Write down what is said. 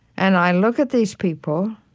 and i look at these people